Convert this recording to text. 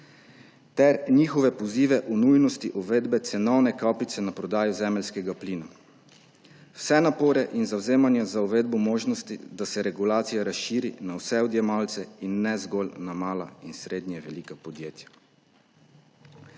ter njihove pozive o nujnosti uvedbe cenovne kapice na prodajo zemeljskega plina in vse napore in zavzemanja za uvedbo možnosti, da se regulacija razširi na vse odjemalce in ne zgolj na mala in srednje velika podjetja.